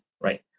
right